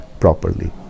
properly